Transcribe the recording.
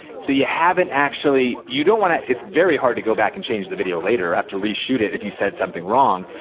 so you haven't actually, you don't wanna, it's very hard to go back and change the video later. you have to re-shoot it if you said something wrong.